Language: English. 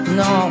no